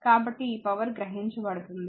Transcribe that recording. కాబట్టి ఈ పవర్ గ్రహించబడుతుంది